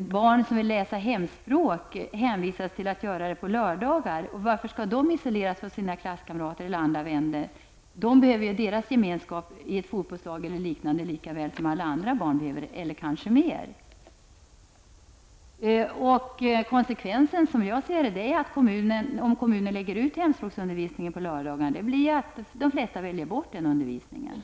barn som skall läsa hemspråk skall hänvisas till att ha undervisning på lördagar. Varför skall de isoleras från sina klasskamrater eller andra vänner? De behöver deras gemenskap i ett fotbollslag eller liknande likaväl som alla andra barn behöver det -- kanske mer. Om kommunerna lägger hemspråksundervisningen på lördagar blir konsekvensen -- som jag ser det -- att de flesta kommer att välja bort den undervisningen.